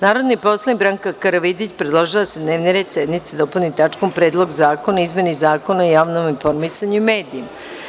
Narodni poslanik Branka Karavidić, predložila je da se dnevni red sednice dopuni tačkom - Predlog zakona o izmeni Zakona o javnom informisanju medijima.